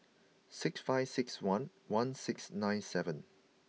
six five six one one six nine seven